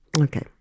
Okay